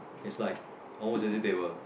it's like almost as if they were